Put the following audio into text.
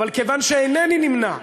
אבל כיוון שאינני נמנה,